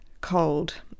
cold